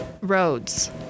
roads